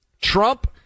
Trump